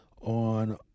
on